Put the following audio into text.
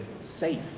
safe